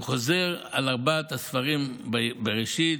והוא חוזר על ארבעת הספרים בראשית,